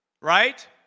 right